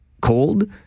cold